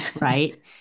right